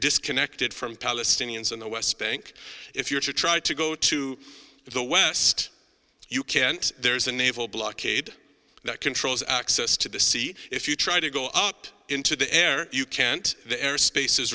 disconnected from palestinians in the west bank if you're to try to go to the west you can't there's a naval blockade that controls access to the sea if you try to go up into the air you can't the airspace